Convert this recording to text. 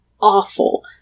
awful